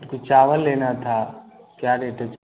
कुछ चावल लेना था क्या रेट है